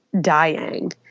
dying